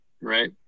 right